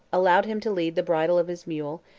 allowed him to lead the bridle of his mule,